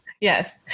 Yes